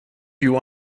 you